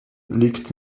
liegt